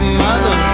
mother